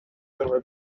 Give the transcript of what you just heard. gorfod